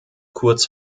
kurz